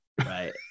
right